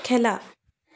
খেলা